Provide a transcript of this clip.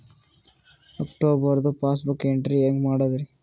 ಅಕ್ಟೋಬರ್ದು passbook entry ಹೆಂಗ್ ಮಾಡದ್ರಿ?